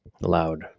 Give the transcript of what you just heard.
Loud